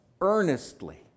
earnestly